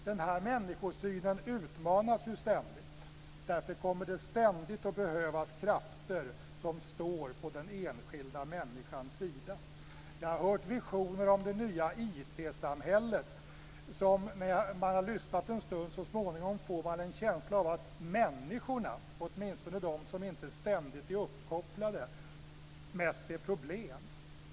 Den här människosynen utmanas ständigt. Därför kommer det ständigt att behövas krafter som står på den enskilda människans sida. Jag har hört visioner om det nya IT-samhället. Så småningom får man, efter att ha lyssnat en stund, en känsla av att människorna, åtminstone de som inte ständigt är uppkopplade, mest är problem.